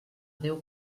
déu